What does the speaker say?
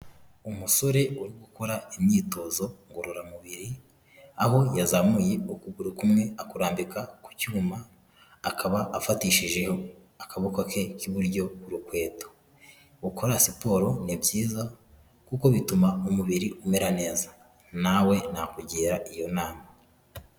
Umusore uri gukora imyitozo ngororamubiri, aho yazamuye ukuguru kumwe akurambika ku cyuma, akaba afatishijeho akaboko ke k'iburyo ku rukweto, gukora siporo ni byiza kuko bituma umubiri umera neza na we nakugira iyo nama.